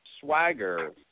swagger